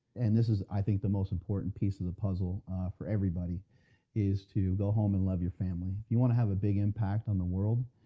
and this i think the most important piece of the puzzle for everybody is to go home and love your family you want to have a big impact on the world,